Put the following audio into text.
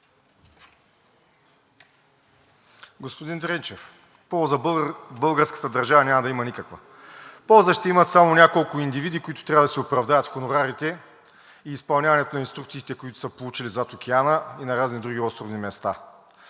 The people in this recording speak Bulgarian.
Господин Дренчев, полза за българската държава няма никаква. Полза ще имат само няколко индивиди, които трябва да си оправдаят хонорарите и изпълняването на инструкциите, които са получили зад океана и на разни други островни места.